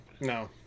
no